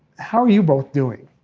how are you both doing,